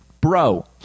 bro